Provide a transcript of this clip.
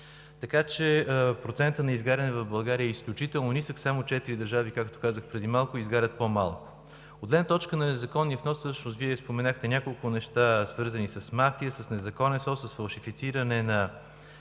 така че процентът на изгаряне в България е изключително нисък. Само четири държави, както казах преди малко, изгарят по-малко. От гледна точка на незаконния внос всъщност Вие споменахте няколко неща, свързани с мафия, с незаконен внос, с фалшифициране на